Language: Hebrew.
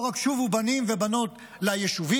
לא רק שובו בנים ובנות ליישובים,